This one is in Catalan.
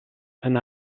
amb